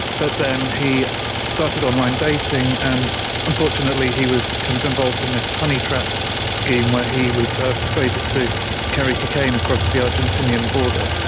but then he started online dating and unfortunately he was kind of involved in this honey trap scheme where he was ah persuaded to carry cocaine across the argentinian border.